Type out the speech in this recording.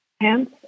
Hence